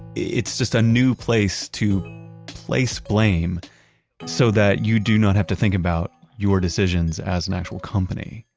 it's just a new place to place blame so that you do not have to think about your decisions as an actual company